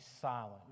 silent